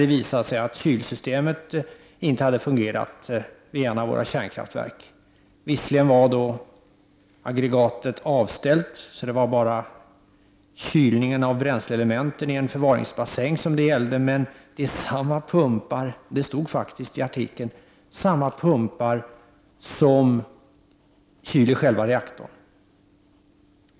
Det visar sig att kylsystemet inte har fungerat i ett av våra kärnkraftverk. Visserligen var aggregatet just då avställt, så det var bara kylningen i bränsleelementen i en förvaringsbassäng som det gällde. Men, och det stod faktiskt i artikeln, det är samma pumpar som kyler själva reaktorn.